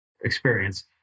experience